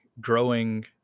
growing